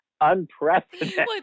unprecedented